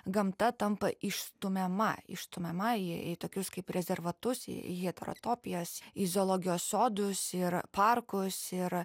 gamta tampa išstumiama išstumiama į į tokius kaip rezervatus į heterotopijas į zoologijos sodus ir parkus ir